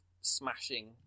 smashing